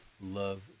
love